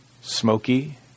Smoky